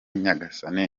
nyagasani